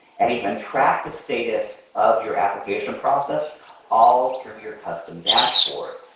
and even track the status of your application process all through your custom dashboard.